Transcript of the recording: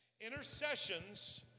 Intercessions